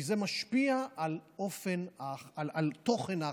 כי זה משפיע על תוכן ההחלטות.